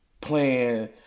playing